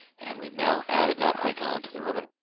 and we've now added that icon to the ribbon.